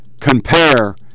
compare